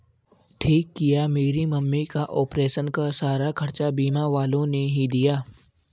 ठीक किया मेरी मम्मी का ऑपरेशन का सारा खर्चा बीमा वालों ने ही दिया